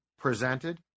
Presented